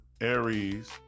Aries